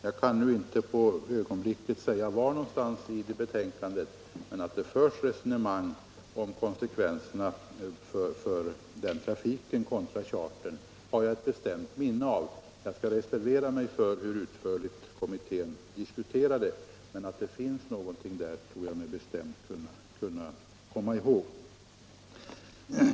Jag kan inte på ögonblicket säga var någonstans i betänkandet detta behandlas, och jag kan inte heller säga hur utförligt kommittén diskuterar saken, men att det förs ett resonemang om konsekvenserna för linjetrafiken kontra chartertrafiken tror jag mig bestämt komma ihåg.